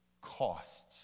costs